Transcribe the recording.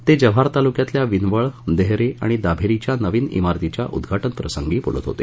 ते जव्हार तालुक्यातल्या विनवळ देहरे आणि दाभेरीच्या नवीन ीरतीच्या उद्घघाटन प्रंसगी बोलत होते